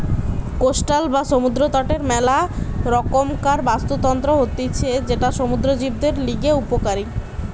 coastal বা সমুদ্র তটের মেলা রকমকার বাস্তুতন্ত্র হতিছে যেটা সমুদ্র জীবদের লিগে উপকারী